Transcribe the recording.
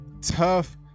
tough